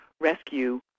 rescue